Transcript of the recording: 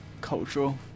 cultural